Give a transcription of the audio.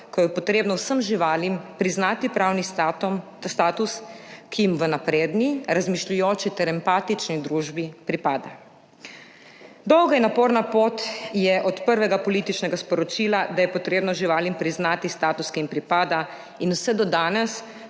ko je potrebno vsem živalim priznati pravni status, ki jim v napredni, razmišljujoči ter empatični družbi pripada. Dolga in naporna pot je od prvega političnega sporočila, da je potrebno živalim priznati status, ki jim pripada, in vse do danes,